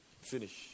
Finish